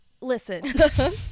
listen